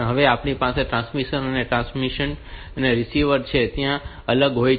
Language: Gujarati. હવે આપણી પાસે ટ્રાન્સમિટિંગ અને ટ્રાન્સમિશન અને રિસિવિંગ છે જ્યાં તેઓ અલગ હોય છે